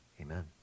amen